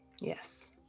yes